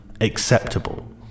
acceptable